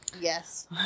yes